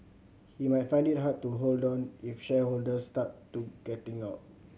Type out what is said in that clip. he might find it hard to hold on if shareholders start to getting out